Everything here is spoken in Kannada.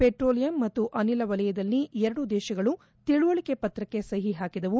ಪೆಟ್ರೋಲಿಯಂ ಮತ್ತು ಅನಿಲ ವಲಯದಲ್ಲಿ ಎರಡು ದೇಶಗಳು ತಿಳುವಳಿಕೆ ಪತ್ರಕ್ಕೆ ಸಹಿ ಹಾಕಿದವು